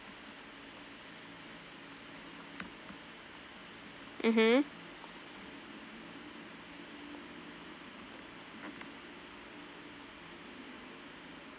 mmhmm